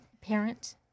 parent